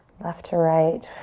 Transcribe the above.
left to right.